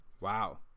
Wow